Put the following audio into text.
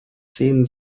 zehn